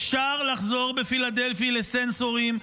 אפשר לחזור בפילדלפי לסנסורים,